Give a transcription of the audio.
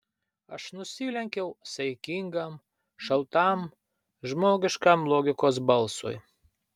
aš nusilenkiau saikingam šaltam žmogiškam logikos balsui